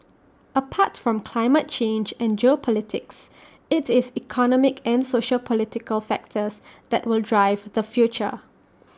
apart from climate change and geopolitics IT is economic and sociopolitical factors that will drive the future